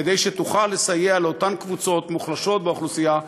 כדי שתוכל לסייע לאותן קבוצות מוחלשות באוכלוסייה,